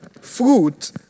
Fruit